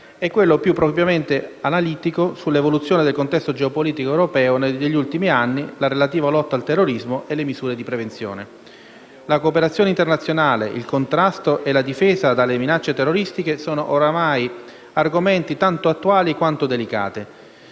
e quello più propriamente analitico sull'evoluzione del contesto geopolitico europeo degli ultimi anni, la relativa lotta al terrorismo e le misure di prevenzione. La cooperazione internazionale, il contrasto e la difesa dalla minacce terroristiche sono ormai argomenti tanto attuali quanto delicati,